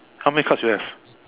how many cards you have